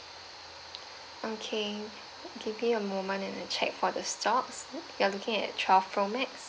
okay give me a moment and I check for the stock you are looking at twelve pro max